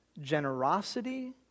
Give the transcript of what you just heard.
generosity